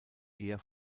eher